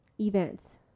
events